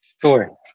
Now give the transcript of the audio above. Sure